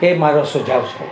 એ મારો સુઝાવ છે